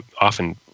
often